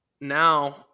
now